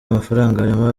mafaranga